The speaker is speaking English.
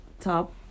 top